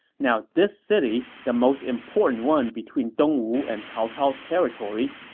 now this city, the most important one between dongwu and cao cao's territory,